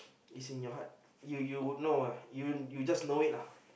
it's in your heart you you would know uh you you just know it lah